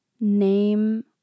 name